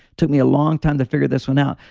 took me a long time to figure this one out.